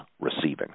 receiving